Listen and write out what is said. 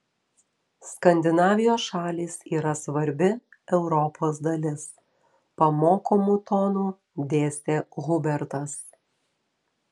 skandinavijos šalys yra svarbi europos dalis pamokomu tonu dėstė hubertas